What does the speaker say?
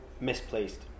misplaced